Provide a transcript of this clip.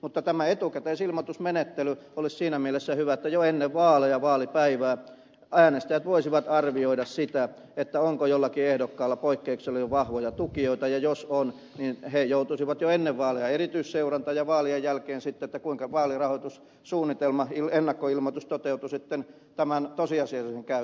mutta tämä etukäteisilmoitusmenettely olisi siinä mielessä hyvä että jo ennen vaaleja vaalipäivää äänestäjät voisivat arvioida sitä onko jollakin ehdokkaalla poikkeuksellisen vahvoja tukijoita ja jos on niin he joutuisivat jo ennen vaaleja erityisseurantaan ja vaalien jälkeen sitten siinä kuinka vaalirahoitussuunnitelma ennakkoilmoitus toteutui sitten verrattuna tosiasialliseen käyttöön